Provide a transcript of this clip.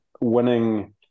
winning